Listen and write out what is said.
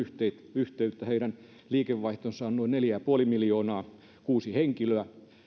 yhteyttä heidän liikevaihtonsa on noin neljä pilkku viisi miljoonaa kuusi henkilöä